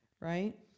right